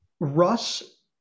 russ